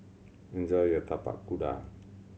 enjoy your Tapak Kuda